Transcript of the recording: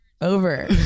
Over